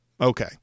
Okay